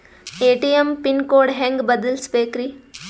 ATM pin code ಹೆಂಗ್ ಬದಲ್ಸ್ಬೇಕ್ರಿ?